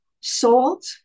salt